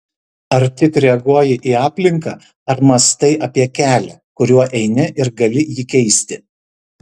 ar tik reaguoji į aplinką ar mąstai apie kelią kuriuo eini ir gali jį keisti